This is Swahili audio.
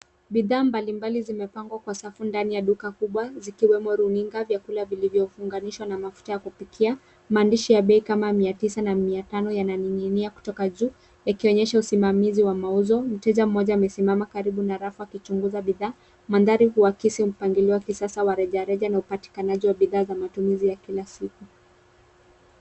Bidhaa mbalimbali zimepangwa kwa safu ndani ya duka kubwa zikiwemo runinga, vyakula vilivyo funganishwa na mafuta ya kupikia, maandishi ya bei kama 900 na 500 yananing'inia kutoka juu, yakionyesha usimamizi wa mauzo. Mteja mmoja amesimama karibu na rafu akichunguza bidhaa. Mandhari huakisi mpangilio wa kisasa wa rejareja na upatikanaji wa bidhaa za matumizi ya kila siku.